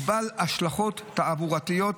הוא בעל השלכות תעבורתיות